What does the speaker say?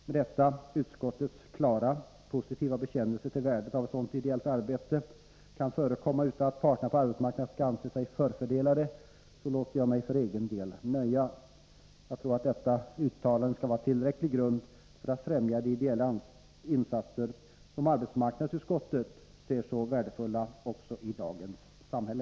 Med detta utskottets klart positiva bekännelse till värdet av att sådant ideellt arbete kan förekomma utan att parterna på arbetsmarknaden skall anse sig förfördelade låter jag mig för egen del nöja. Jag tror att detta uttalande skall vara tillräcklig grund för att främja de ideella insatser som arbetsmarknadsutskottet ser som så värdefulla också i dagens samhälle.